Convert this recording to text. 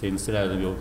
kai nusileidom jau